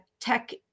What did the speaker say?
tech